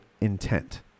intent